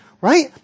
Right